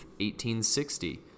1860